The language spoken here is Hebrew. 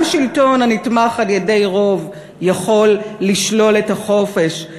גם שלטון הנתמך על-ידי רוב יכול לשלול את החופש",